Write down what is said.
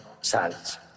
silence